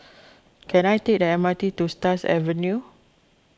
can I take the M R T to Stars Avenue